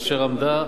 אשר עמדה,